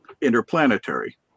interplanetary